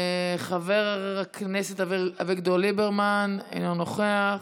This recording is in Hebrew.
חבר הכנסת אביגדור ליברמן, אינו נוכח.